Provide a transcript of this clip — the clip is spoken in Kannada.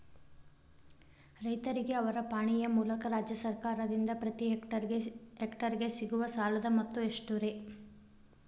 ರೈತರಿಗೆ ಅವರ ಪಾಣಿಯ ಮೂಲಕ ರಾಜ್ಯ ಸರ್ಕಾರದಿಂದ ಪ್ರತಿ ಹೆಕ್ಟರ್ ಗೆ ಸಿಗುವ ಸಾಲದ ಮೊತ್ತ ಎಷ್ಟು ರೇ?